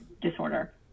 disorder